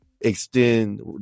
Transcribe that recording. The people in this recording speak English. extend